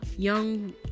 young